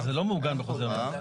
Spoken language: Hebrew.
אז זה לא מעוגן בחוזר מנכ"ל.